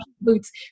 boots